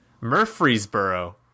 Murfreesboro